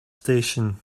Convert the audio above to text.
station